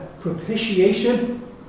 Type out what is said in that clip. propitiation